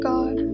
God